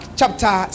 chapter